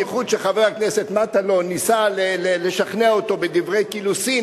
בייחוד שחבר הכנסת מטלון ניסה לשכנע אותו בדברי קילוסין,